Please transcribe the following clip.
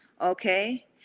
okay